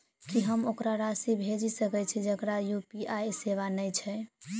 की हम ओकरा राशि भेजि सकै छी जकरा यु.पी.आई सेवा नै छै?